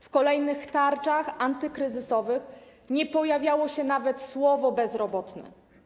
W kolejnych tarczach antykryzysowych nie pojawiało się nawet słowo „bezrobotny”